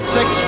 Six